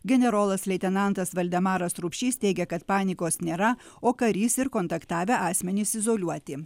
generolas leitenantas valdemaras rupšys teigia kad panikos nėra o karys ir kontaktavę asmenys izoliuoti